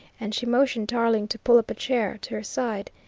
and she motioned tarling to pull up a chair to her side.